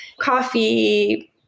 coffee